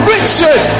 Richard